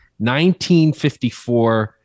1954